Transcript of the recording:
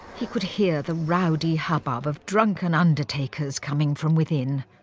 he could hear the rowdy hubbub of drunken undertakers coming from within.